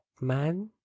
man